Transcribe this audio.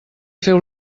feu